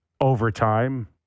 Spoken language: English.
overtime